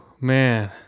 Man